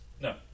No